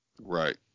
right